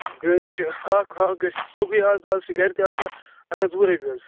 بیٚیہِ حظ چھُ ہاکھ ہاکھ گَژھِ سۄ گٔیہِ اَز اَز چھِ گرِ تہِ آسان اکھ ہتھ وُہہ رۄپیہِ حظ